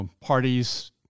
parties